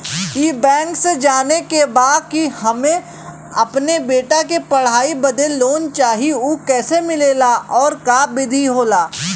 ई बैंक से जाने के बा की हमे अपने बेटा के पढ़ाई बदे लोन चाही ऊ कैसे मिलेला और का विधि होला?